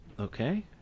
Okay